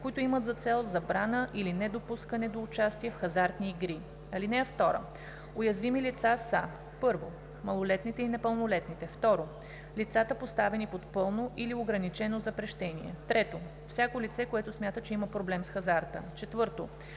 които имат за цел забрана или недопускане до участие в хазартни игри. (2) Уязвими лица са: 1. малолетните и непълнолетните; 2. лицата, поставените под пълно или ограничено запрещение; 3. всяко лице, което смята, че има проблем с хазарта; 4.